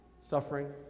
suffering